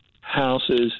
houses